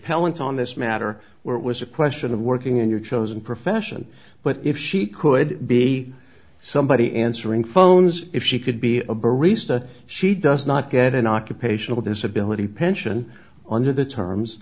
appellant on this matter where it was a question of working in your chosen profession but if she could be somebody answering phones if she could be a barista she does not get an occupational disability pension under the terms